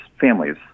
families